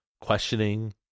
questioning